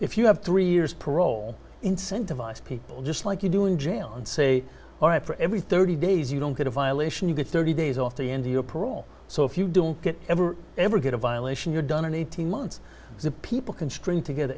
if you have three years parole incentivize people just like you do in jail and say all right for every thirty days you don't get a violation you get thirty days off the end of your parole so if you don't get ever ever get a violation you're done in eighteen months the people can string together